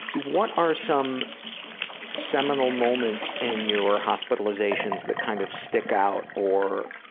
what are some seminal moments in your hospitalizations that kind of stick out, or